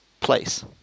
place